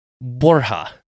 Borja